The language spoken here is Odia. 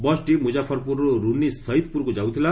ବସ୍ଟି ମୁଜାଫର୍ପୁରରୁ ରୁନି ସୟିଦ୍ପୁରକୁ ଯାଉଥିଲା